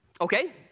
Okay